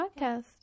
podcast